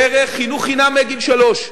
דרך חינוך חינם מגיל שלוש לילדינו,